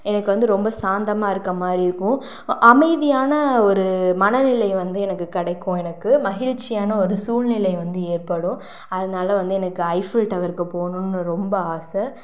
எனக்கு வந்து ரொம்ப சாந்தமாக இருக்க மாதிரி இருக்கும் அமைதியான ஒரு மனநிலை வந்து எனக்கு கிடைக்கும் எனக்கு மகிழ்ச்சியான ஒரு சூழ்நிலை வந்து ஏற்படும் அதனால வந்து எனக்கு ஐஃபில் டவருக்கு போகணுன்னு ரொம்ப ஆசை